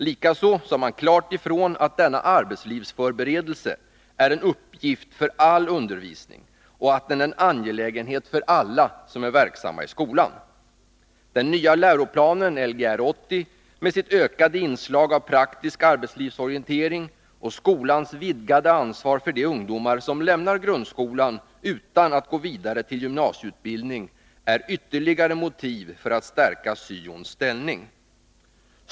Likaså sade man klart ifrån att denna arbetslivsförberedelse är en uppgift för all undervisning och att den är en angelägenhet för alla som är verksamma i skolan. Den nya läroplanen, Lgr 80, med sitt ökade inslag av praktisk arbetslivsorientering och skolans vidgade ansvar för de ungdomar som lämnar grundskolan utan att gå vidare till gymnasieutbildning, är ytterligare motiv för att stärka syo:ns ställning.